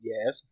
Yes